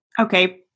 Okay